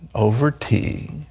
over tea,